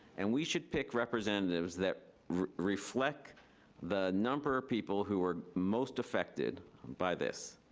and we should pick representatives that reflect the number of people who are most affected by this,